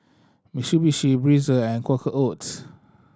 Mitsubishi Breezer and Quaker Oats